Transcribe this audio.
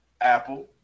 apple